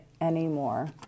anymore